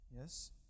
yes